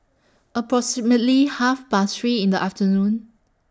approximately Half Past three in The afternoon